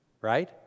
right